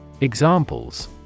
Examples